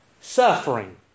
Suffering